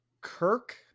Kirk